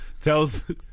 tells